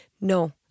No